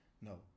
no